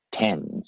tens